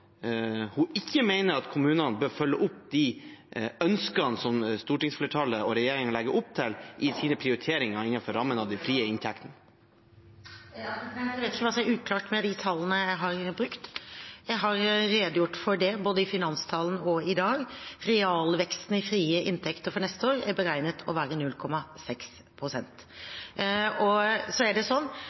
hun ikke mener at kommunene bør følge opp de ønskene som stortingsflertallet og regjeringen legger opp til i sine prioriteringer innenfor de frie inntektene? Jeg vet ikke hva som er uklart med de tallene jeg har brukt. Jeg har redegjort for det både i forbindelse med finanstalen og i dag. Realveksten i frie inntekter for neste år er beregnet å være 0,6 pst. Kommunene kan prioritere innenfor dette handlingsrommet, og det skal kommunene gjøre. Så